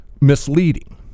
misleading